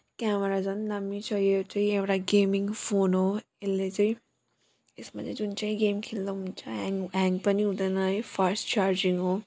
camera झन् दामी छ यो चाहिँ एउटा गेमिङ फोन हो यसले चाहिँ यसमा चाहिँ जुन चाहिँ गेम खेल्दा पनि हुन्छ ह्याङ ह्याङ पनि हुँदैन है फास्ट चार्जिङ हो